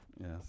Yes